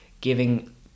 giving